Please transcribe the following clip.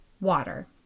water